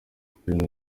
perry